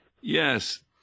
Yes